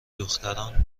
دختران